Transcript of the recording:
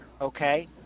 okay